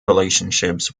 relationships